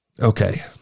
Okay